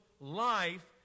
life